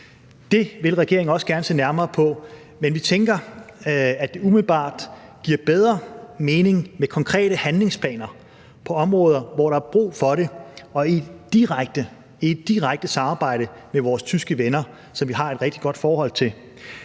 Det vil regeringen også gerne se nærmere på, men vi tænker, at det umiddelbart giver bedre mening med konkrete handlingsplaner på områder, hvor der er brug for det, og i et direkte samarbejde med vores tyske venner, som vi har et rigtig godt forhold til.